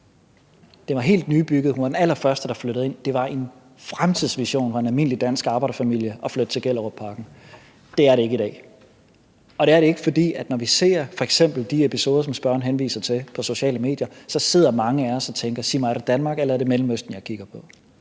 Den var helt nybygget, og hun var den allerførste, der flyttede ind. Det var en fremtidsvision for en almindelig dansk arbejderfamilie at flytte til Gellerupparken. Det er det ikke i dag. Og det er det ikke, for når vi f.eks. ser de episoder, som spørgeren henviser til, på sociale medier, sidder mange af os og tænker: Sig mig, er det Danmark, eller er det Mellemøsten, jeg kigger på?